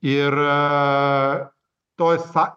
ir a to esą